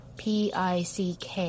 pick